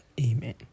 Amen